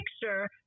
picture